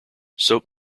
soap